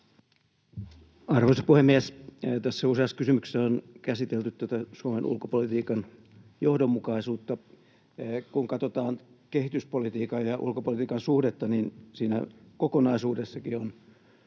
Arvoisa puhemies! Tässä useassa kysymyksessä on käsitelty tätä Suomen ulkopolitiikan johdonmukaisuutta. Kun katsotaan kehityspolitiikan ja ulkopolitiikan suhdetta, niin siinä kokonaisuudessakin on